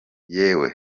yewe